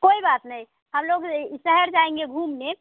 कोई बात नय हम लोग यह शहर जाएँगे घूमने